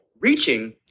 reaching